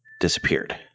disappeared